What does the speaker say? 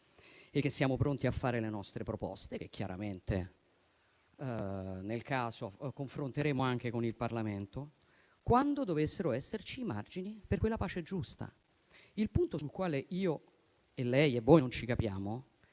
e che siamo pronti a fare le nostre proposte, che chiaramente, nel caso, confronteremo anche con il Parlamento quando dovessero esserci i margini per quella pace giusta. Il punto sul quale io, lei e voi non ci capiamo